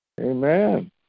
Amen